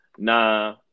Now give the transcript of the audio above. Nah